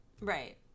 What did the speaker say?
Right